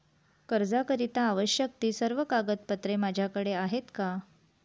कर्जाकरीता आवश्यक ति सर्व कागदपत्रे माझ्याकडे आहेत का?